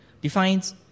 defines